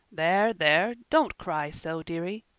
there there don't cry so, dearie.